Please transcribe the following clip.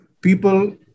people